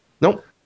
Nope